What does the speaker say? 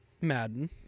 Madden